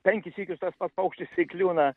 penkis sykius tas pats paukštis įkliūna